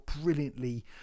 brilliantly